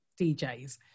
DJs